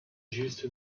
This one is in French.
just